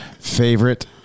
favorite